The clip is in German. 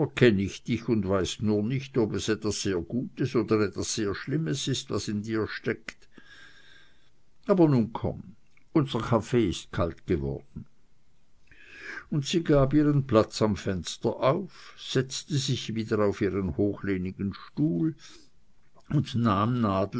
ich dich und weiß nur nicht ob es etwas sehr gutes oder etwas sehr schlimmes ist was in dir steckt aber nun komm unser kaffee ist kalt geworden und sie gab ihren platz am fenster auf setzte sich wieder auf ihren hochlehnigen stuhl und nahm